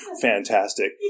fantastic